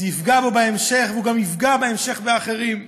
זה יפגע בו בהמשך והוא גם יפגע בהמשך באחרים.